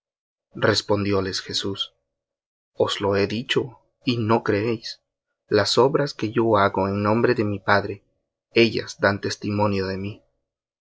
abiertamente respondióles jesús os he dicho y no creéis las obras que yo hago en nombre de mi padre ellas dan testimonio de mí